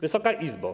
Wysoka Izbo!